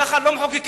ככה לא מחוקקים.